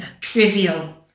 trivial